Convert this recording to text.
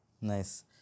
Nice